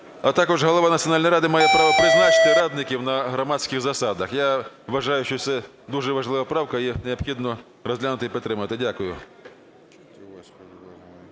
а також голова Національної ради має право призначити радників на громадських засадах". Я вважаю, що це дуже важлива правка, її необхідно розглянути і підтримати. Дякую.